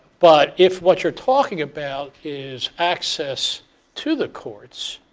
but if what you're talking about is access to the courts,